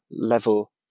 level